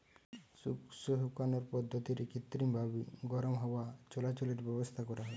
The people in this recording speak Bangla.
শস্য শুকানার পদ্ধতিরে কৃত্রিমভাবি গরম হাওয়া চলাচলের ব্যাবস্থা করা হয়